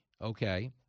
Okay